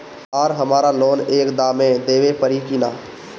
आर हमारा लोन एक दा मे देवे परी किना?